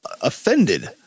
offended